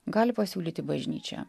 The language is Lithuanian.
gali pasiūlyti bažnyčia